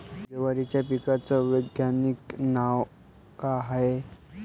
जवारीच्या पिकाचं वैधानिक नाव का हाये?